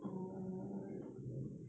orh